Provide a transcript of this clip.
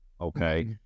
Okay